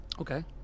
Okay